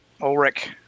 Ulrich